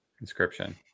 inscription